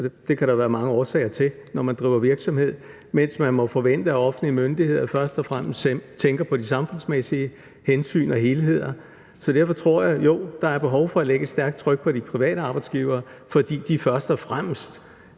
det kan der være mange årsager til, når man driver virksomhed – mens man må forvente, at offentlige myndigheder først og fremmest tænker på de samfundsmæssige hensyn og helheder. Så derfor tror jeg, at der er behov for at lægge et stærkt tryk på de private arbejdsgivere, fordi de først og fremmest